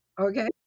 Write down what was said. Okay